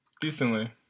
decently